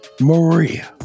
maria